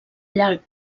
llarg